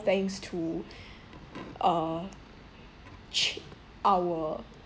thanks to uh ch~ our